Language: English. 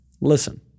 Listen